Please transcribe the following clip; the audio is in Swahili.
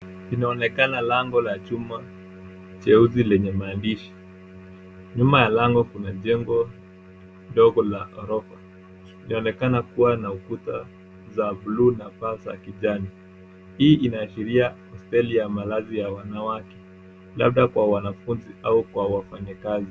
Inaonekana lango la chuma jeusi lenye maandishi. Nyuma ya lango kuna jengo ndogo la ghorofa. Inaonekana kuwa na ukuta za buluu na paa za kijani. Hii inaashiria hosteli ya malazi ya wanawake, labda kwa wanafunzi au kwa wafanyakazi.